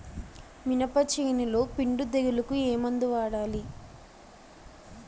మినప చేనులో పిండి తెగులుకు ఏమందు వాడాలి?